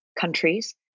countries